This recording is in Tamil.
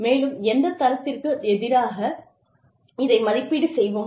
மேலும் எந்த தரத்திற்கு எதிராக இதை மதிப்பீடு செய்வோம்